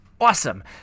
awesome